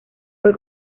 fue